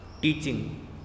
teaching